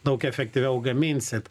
daug efektyviau gaminsit